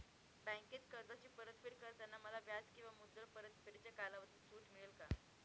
बँकेत कर्जाची परतफेड करताना मला व्याज किंवा मुद्दल परतफेडीच्या कालावधीत सूट मिळेल का?